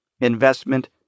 investment